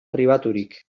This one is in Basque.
pribaturik